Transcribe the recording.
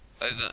over